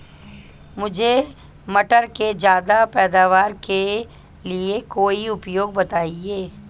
मुझे मटर के ज्यादा पैदावार के लिए कोई उपाय बताए?